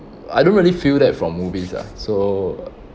I don't really feel that from movies ah so